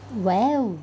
!wow!